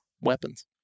weapons